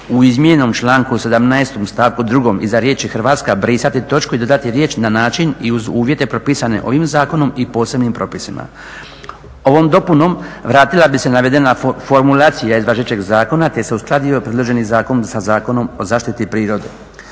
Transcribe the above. u izmijenjenom članku 17. stavku 2. iza riječi Hrvatska brisati točku i dodati riječ na način i uz uvjete propisane ovim zakonom i posebnim propisima. Ovom dopunom vratila bi se navedena formulacija iz važećeg zakona te se uskladio predloženi zakon sa Zakonom o zaštiti prirode.